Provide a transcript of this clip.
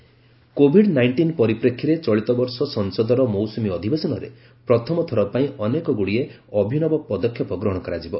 monsoon session Covid nineteen ପରିପ୍ରେକ୍ଷୀରେ ଚଳିତବର୍ଷ ସଂସଦର ମୌସୁମୀ ଅଧିବେଶନରେ ପ୍ରଥମଥର ପାଇଁ ଅନେକଗୁଡ଼ିଏ ଅଭିନବ ପଦକ୍ଷେପ ଗହଣ କରାଯିବ